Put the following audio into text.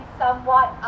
somewhat